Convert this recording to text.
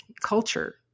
culture